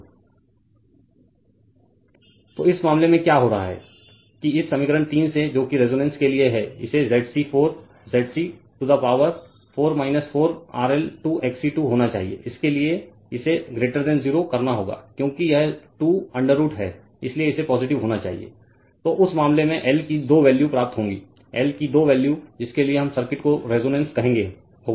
Refer Slide Time 0817 तो इस मामले में क्या हो रहा है कि इस समीकरण 3 से जो कि रेजोनेंस के लिए है इसे ZC 4 ZC to the power 4 4 RL 2 XC 2 होना चाहिए इसके लिए इसे 0 करना होगा क्योंकि यह 2 √ है इसलिए इसे पॉजिटिव होना चाहिए तो उस मामले में L की दो वैल्यू प्राप्त होंगी L की दो वैल्यू जिसके लिए हम सर्किट को रेजोनेंस कहेंगे होगा